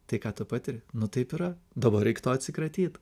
tai ką tu patiri nu taip yra dabar reiktų atsikratyt